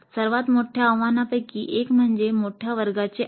सर्वात मोठ्या आव्हानांपैकी एक म्हणजे मोठ्या वर्गाचे आकार